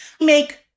Make